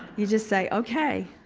you just say, okay.